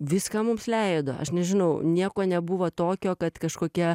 viską mums leido aš nežinau nieko nebuvo tokio kad kažkokie